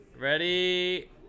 Ready